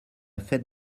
fête